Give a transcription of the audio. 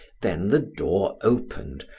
then the door opened,